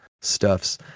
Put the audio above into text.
stuffs